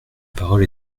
parole